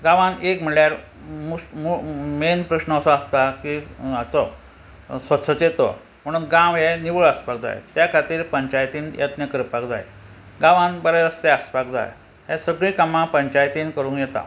गांवान एक म्हणल्यार मोस्ट मेन प्रश्न असो आसता की हाचो स्वच्छतेचो तो म्हणून गांव हे निवळ आसपाक जाय त्या खातीर पंचायतीन यत्न करपाक जाय गांवान बरे रस्ते आसपाक जाय हे सगळीं कामां पंचायतीन करूंक येता